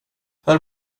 hör